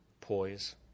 poise